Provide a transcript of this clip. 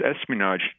espionage